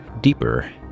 deeper